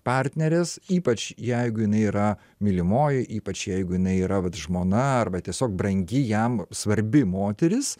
partnerės ypač jeigu jinai yra mylimoji ypač jeigu jinai yra vat žmona arba tiesiog brangi jam svarbi moteris